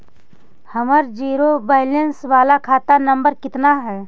हमर zero balance बाला खाता नम्बर कितना है?